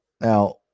now